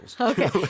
Okay